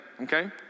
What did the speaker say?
okay